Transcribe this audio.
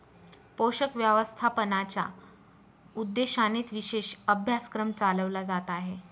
पोषक व्यवस्थापनाच्या उद्देशानेच विशेष अभ्यासक्रम चालवला जात आहे